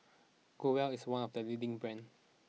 Growell is one of the leading brands